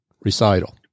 recital